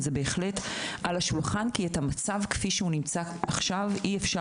זה בהחלט על השולחן כי את המצב כפי שהוא עכשיו אי-אפשר